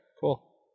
cool